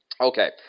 Okay